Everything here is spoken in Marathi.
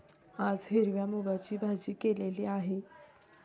आज हिरव्या मूगाची भाजी केलेली आहे